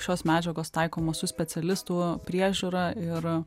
šios medžiagos taikomos su specialistų priežiūra ir